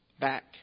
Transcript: back